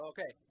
Okay